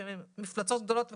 שהן מפלצות גדולות וכבדות,